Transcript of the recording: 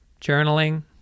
Journaling